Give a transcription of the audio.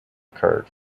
cared